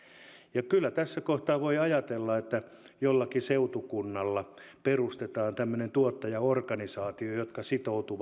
ja kyllä tässä kohtaa voi ajatella että jollakin seutukunnalla perustetaan tämmöinen tuottajaorganisaatio joka sitoutuu